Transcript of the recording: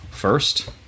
First